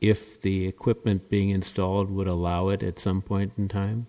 if the equipment being installed would allow it at some point in time